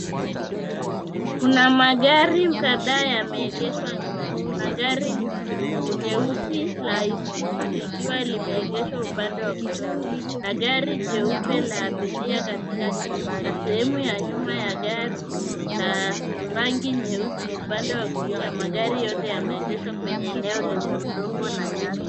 Kuna magari kadhaa yameegeshwa nje. Kuna gari nyeusi la Isuzu likiwa limeegeshwa upande wa kushoto na gari jeupe la abiria katikati na sehemu ya nyuma ya gari la rangi nyeusi upande wa kulia magari yote yameegeshwa kwenye eneo lenye udongo na nyasi.